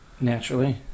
Naturally